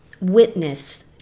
witness